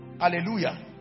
Hallelujah